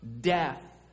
death